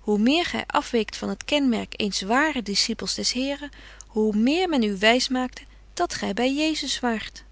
hoe meer gy afweekt van het kenmerk eens waren discipels des heren hoe meer men u wys maakte dat gy by jezus waart